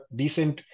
decent